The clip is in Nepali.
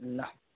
ल